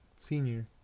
Senior